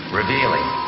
revealing